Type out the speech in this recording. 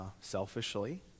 selfishly